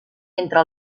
entre